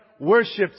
worshipped